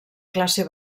classe